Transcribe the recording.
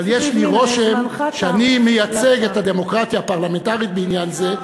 אבל יש לי רושם שאני מייצג את הדמוקרטיה הפרלמנטרית בעניין זה.